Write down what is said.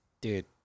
dude